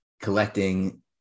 collecting